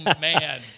man